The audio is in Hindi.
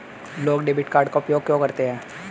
लोग डेबिट कार्ड का उपयोग क्यों करते हैं?